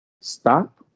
stop